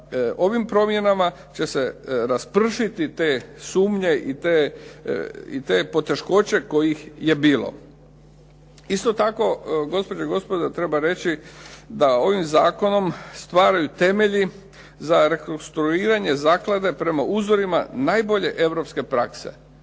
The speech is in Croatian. ovim promjenama će se raspršiti te sumnje i te poteškoće kojih je bilo. Isto tako gospođe i gospodo treba reći da ovim zakonom stvaraju temelji za rekonstruiranje zaklade prema uzorima najbolje europske prakse.